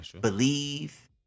believe